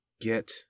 get